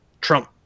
Trump